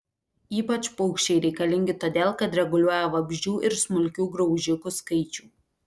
ypač paukščiai reikalingi todėl kad reguliuoja vabzdžių ir smulkių graužikų skaičių